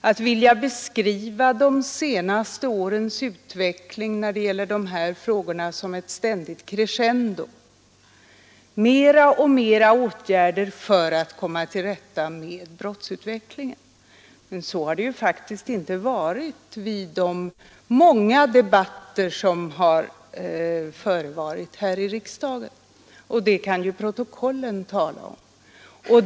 att vilja beskriva de senaste årens utveckling när det gäller dessa frågor som ett ständigt crescendo — mer och mer åtgärder för att komma till rätta med brottsutvecklingen. Men så har det ju faktiskt inte varit och det kan ju riksdagsprotokollen vittna om.